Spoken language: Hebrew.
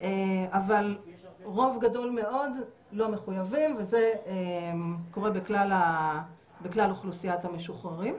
אבל רוב גדול מאוד לא מחויבים וזה קורה בכלל אוכלוסיית המשוחררים.